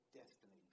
destiny